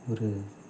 ஒரு